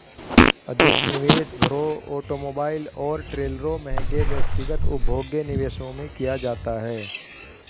अधिक निवेश घरों ऑटोमोबाइल और ट्रेलरों महंगे व्यक्तिगत उपभोग्य निवेशों में किया जाता है